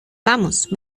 vamos